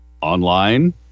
online